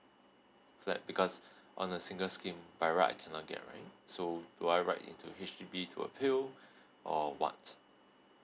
flat because on a single scheme by right I cannot get right so do I write in to H_D_B to appeal or what